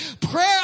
Prayer